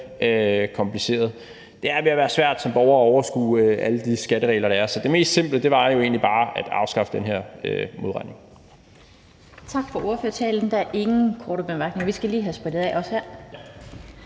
kompliceret. Det er ved at være svært som borger at overskue alle de skatteregler, der er, så det mest simple var jo egentlig bare at afskaffe den her modregning.